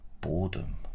boredom